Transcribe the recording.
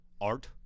art